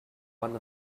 one